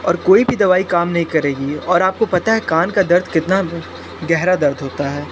और कोई भी दवाई काम नहीं करेगी और आपको पता है कान का दर्द कितना गहरा दर्द होता है